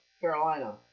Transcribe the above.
Carolina